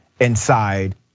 inside